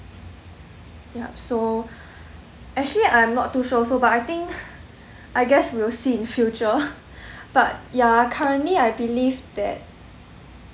yup so actually I'm not too sure also but I think I guess we'll see in future but ya currently I believe that